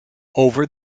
over